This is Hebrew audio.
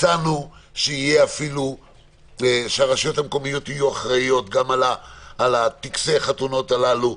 הצענו שהרשויות המקומיות יהיו אחראיות גם על טקסי החתונות האלה,